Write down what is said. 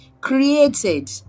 created